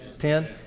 Ten